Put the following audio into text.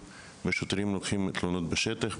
השוטרים מאפשרים להגיש תלונה בשטח,